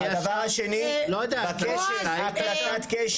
הקלטת קשר.